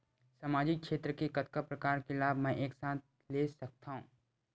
सामाजिक क्षेत्र के कतका प्रकार के लाभ मै एक साथ ले सकथव?